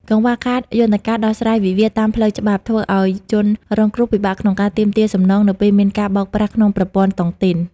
កង្វះខាតយន្តការដោះស្រាយវិវាទតាមផ្លូវច្បាប់ ធ្វើឱ្យជនរងគ្រោះពិបាកក្នុងការទាមទារសំណង នៅពេលមានការបោកប្រាស់ក្នុងប្រព័ន្ធតុងទីន។